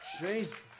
Jesus